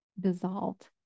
dissolved